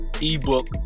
ebook